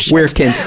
where can,